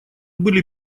были